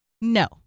No